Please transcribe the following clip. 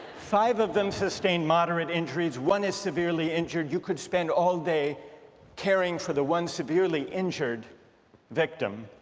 five of them sustained moderate injuries one is severely injured you could spend all day caring for the one severely injured victim,